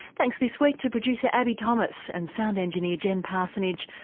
thanks this week to producer abbie thomas, and sound engineer jen parsonage,